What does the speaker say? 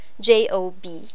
J-O-B